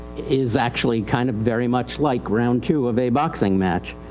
is actually kind of very much like round two of a boxing match.